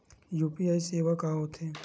UPI सेवा का होथे?